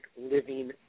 living